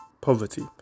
poverty